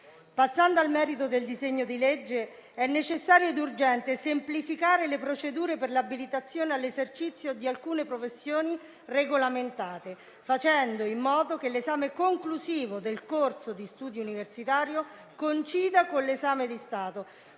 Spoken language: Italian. Passando al merito del disegno di legge, è necessario ed urgente semplificare le procedure per l'abilitazione all'esercizio di alcune professioni regolamentate, facendo in modo che l'esame conclusivo del corso di studi universitario coincida con l'esame di stato,